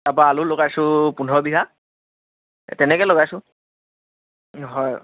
তাৰ পৰা আলু লগাইছোঁ পোন্ধৰ বিঘা তেনেকে লগাইছোঁ হয়